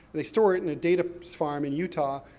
they store it in a data farm in utah,